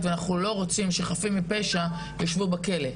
ואנחנו לא רוצים שחפים מפשע יישבו בכלא,